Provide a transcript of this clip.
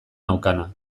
naukana